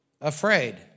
afraid